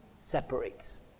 separates